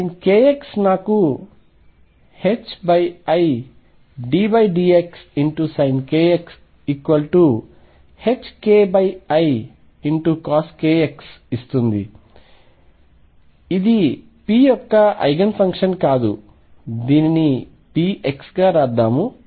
sin kx నాకు iddxsin kx ℏkicos kx ఇస్తుంది ఇది p యొక్క ఐగెన్ ఫంక్షన్ కాదు దీనిని px గా రాద్దాము